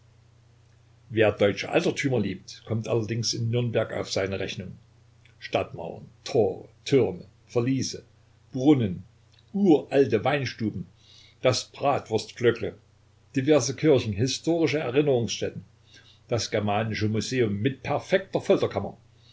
wer deutsche altertümer liebt kommt allerdings in nürnberg auf seine rechnung stadtmauern tore türme verließe brunnen uralte weinstuben das bratwurstglöckle diverse kirchen historische erinnerungsstätten das germanische museum mit